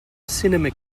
cinema